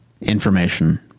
information